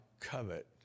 Covet